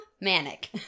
Manic